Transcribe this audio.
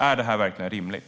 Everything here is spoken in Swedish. Är det verkligen rimligt?